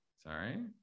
sorry